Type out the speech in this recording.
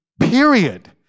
period